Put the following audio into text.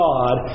God